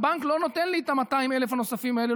הבנק לא נותן לי את ה-200,000 הנוספים האלה.